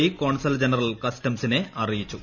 E consul general കസ്റ്റംസിനെ അറിയിച്ചു